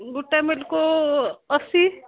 ଗୋଟେ ମିଲ୍କୁ ଅଶି